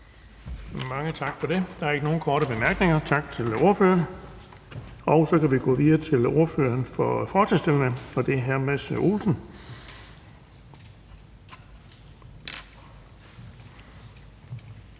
Mange tak for det. Der er ikke nogen korte bemærkninger, så tak til ordføreren. Så kan vi gå videre til ordføreren for forslagsstillerne, og det er hr. Mads Olsen.